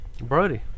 Brody